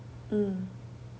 mm